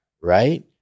right